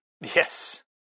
Yes